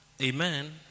amen